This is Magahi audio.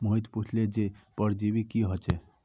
मोहित पुछले जे परजीवी की ह छेक